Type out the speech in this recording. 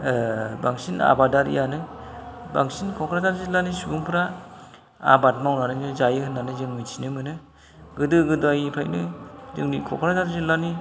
बांसिन आबादारियानो बांसिन क'क्राझार जिल्लानि सुबुंफ्रा आबाद मावनानैहाय जायो होननानै जों मिन्थिनो मोनो गोदो गोदायनिफ्रायनो जोंनि क'क्राझार जिल्लानि